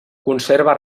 conserva